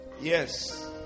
Yes